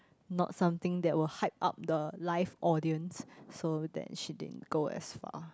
not something that would hype up the live audience so that she didn't go as far